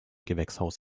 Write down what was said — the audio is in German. gewächshaus